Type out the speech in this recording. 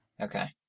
Okay